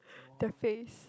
the face